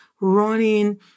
running